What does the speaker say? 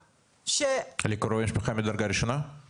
אני לא מסכימה איתך אבל לגיטימי.